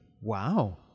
Wow